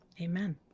amen